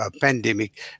pandemic